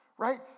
right